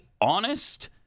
honest